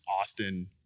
Austin